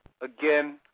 Again